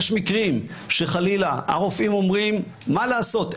יש מקרים שבהם חלילה הרופאים אומרים שאין מה לעשות,